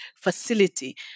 facility